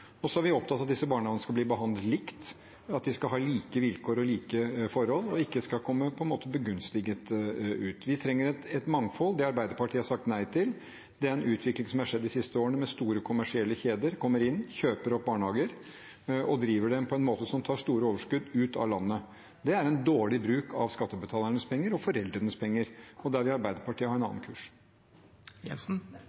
er også opptatt av at disse barnehagene skal behandles likt, at de skal ha like vilkår og like forhold, og at ingen skal komme begunstiget ut. Vi trenger et mangfold. Det Arbeiderpartiet har sagt nei til, er den utviklingen som har vært de siste årene med store kommersielle kjeder som kommer inn og kjøper opp barnehager og driver dem på en måte som tar store overskudd ut av landet. Det er dårlig bruk av skattebetalernes penger – og foreldrenes penger – og der vil Arbeiderpartiet ha en